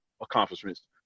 accomplishments